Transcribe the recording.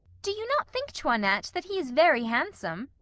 do you not think, toinette, that he is very handsome?